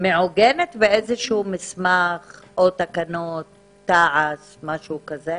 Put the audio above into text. מעוגנת באיזשהו מסמך או תקנות תע"ס, משהו כזה?